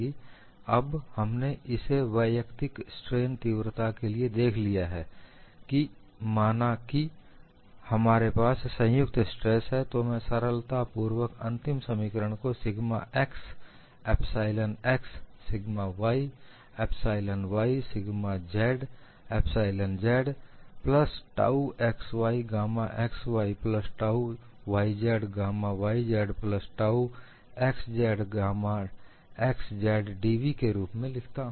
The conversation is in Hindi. अब हमने इसे वैयक्तिक स्ट्रेन तीव्रता के लिए देख लिया है कि माना कि हमारे पास संयुक्त स्ट्रेस हैं तो मैं सरलता पूर्वक अंतिम समीकरण को sigma x epsilon x sigma y epsilon y sigma z epsilon z plus tau xy gamma xy plus tau yz gamma yz plus tau xz gamma xz dV के रूप में लिख सकता हूं